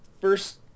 first